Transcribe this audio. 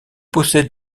possède